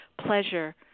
pleasure